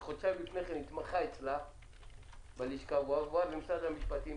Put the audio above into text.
שחודשיים לפני כן התמחה אצלם בלשכה ועבר למשרד המשפטים.